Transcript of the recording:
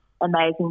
amazing